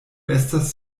estas